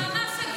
במלחמה אתה יכול,